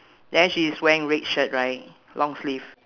then she is wearing red shirt right long sleeve